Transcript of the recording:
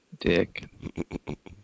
dick